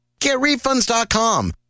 GetRefunds.com